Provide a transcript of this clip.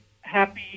happy